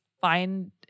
find